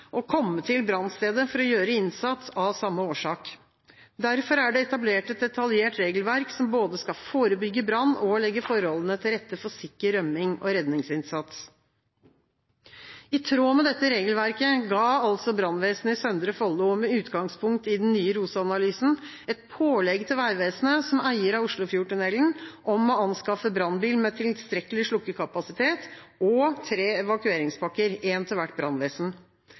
å kome til brannstaden for å gjere innsats av same årsak. Derfor er det etablert eit detaljert regelverk, som både skal førebyggje brann og leggje forholda til rette for sikker rømming og redningsinnsats.» I tråd med dette regelverket ga altså brannvesenet i Søndre Follo, med utgangspunkt i den nye ROS-analysen, et pålegg til Vegvesenet, som eier av Oslofjordtunnelen, om å anskaffe brannbil med tilstrekkelig slokkekapasitet og tre evakueringspakker, én til hvert brannvesen.